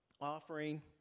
offering